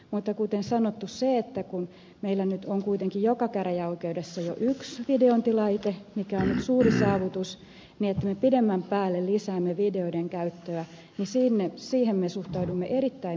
mutta kuten sanottu kun meillä nyt on kuitenkin joka käräjäoikeudessa jo yksi videointilaite mikä on jo suuri saavutus niin siihen että me pidemmän päälle lisäämme videoiden käyttöä me suhtaudumme erittäin myönteisesti